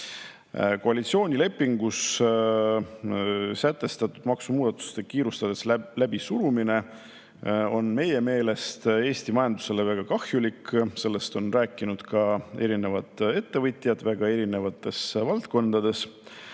Koalitsioonilepingus sätestatud maksumuudatuste kiirustades läbisurumine on meie meelest Eesti majandusele väga kahjulik. Sellest on rääkinud ka ettevõtjad väga erinevatest valdkondadest.